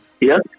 Yes